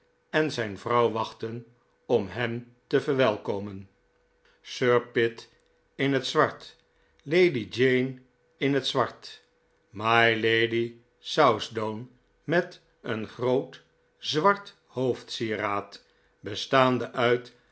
en zijn vrouw wachtten om hen te verwelkomen sir pitt in het zwart lady jane in het zwart mylady southdown met een groot zwart hoofdsieraad bestaande uit